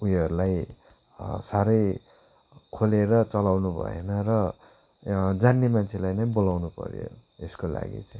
उयोहरूलाई साह्रै खोलेर चलाउनुभएन र जान्ने मान्छेलाई नै बोलाउनुपर्यो यसको लागि चाहिँ